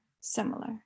similar